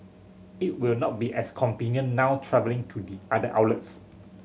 it will not be as convenient now travelling to the other outlets